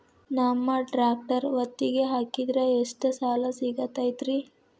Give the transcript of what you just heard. ನಮ್ಮ ಟ್ರ್ಯಾಕ್ಟರ್ ಒತ್ತಿಗೆ ಹಾಕಿದ್ರ ಎಷ್ಟ ಸಾಲ ಸಿಗತೈತ್ರಿ?